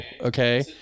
okay